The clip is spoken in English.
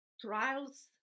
Trials